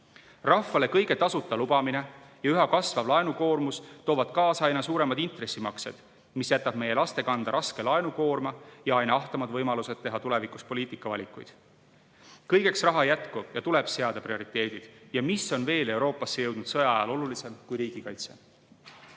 Rahvale kõige tasuta lubamine ja üha kasvav laenukoormus toovad kaasa aina suuremad intressimaksed, mis jätab meie laste kanda raske laenukoorma ja aina ahtamad võimalused teha tulevikus poliitikavalikuid. Kõigeks raha ei jätku ja tuleb seada prioriteedid. Mis on Euroopasse jõudnud sõja ajal veel olulisem kui riigikaitse?